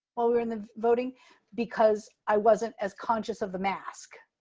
while we were in the voting because i wasn't as conscious of the mask.